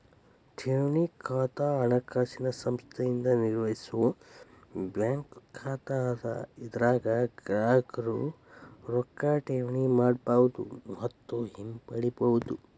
ಠೇವಣಿ ಖಾತಾ ಹಣಕಾಸಿನ ಸಂಸ್ಥೆಯಿಂದ ನಿರ್ವಹಿಸೋ ಬ್ಯಾಂಕ್ ಖಾತಾ ಅದ ಇದರಾಗ ಗ್ರಾಹಕರು ರೊಕ್ಕಾ ಠೇವಣಿ ಮಾಡಬಹುದು ಮತ್ತ ಹಿಂಪಡಿಬಹುದು